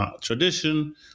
tradition